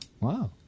Wow